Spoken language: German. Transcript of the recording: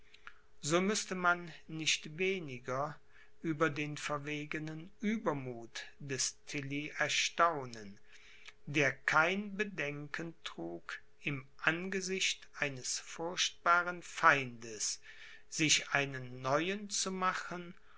so müßte man nicht weniger über den verwegenen uebermuth des tilly erstaunen der kein bedenken trug im angesicht eines furchtbaren feindes sich einen neuen zu machen